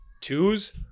Twos